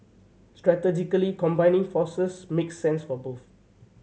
strategically combining forces makes sense for both